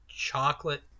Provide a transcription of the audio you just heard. chocolate